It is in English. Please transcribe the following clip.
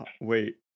Wait